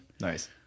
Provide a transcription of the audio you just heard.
Nice